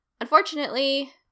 unfortunately